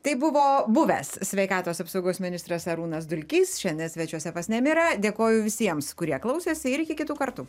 tai buvo buvęs sveikatos apsaugos ministras arūnas dulkys šiandien svečiuose pas nemirą dėkoju visiems kurie klausėsi ir iki kitų kartų